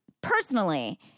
Personally